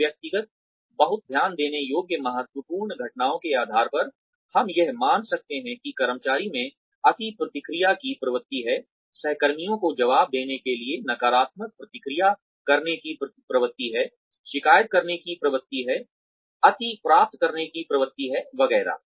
इन व्यक्तिगत बहुत ध्यान देने योग्य महत्वपूर्ण घटनाओं के आधार पर हम यह मान सकते हैं कि कर्मचारी में अति प्रतिक्रिया की प्रवृत्ति है सहकर्मियों को जवाब देने के लिए नकारात्मक प्रतिक्रिया करने की प्रवृत्ति है शिकायत करने की प्रवृत्ति है अति प्राप्त करने की प्रवृत्ति है वगैरह